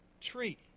tree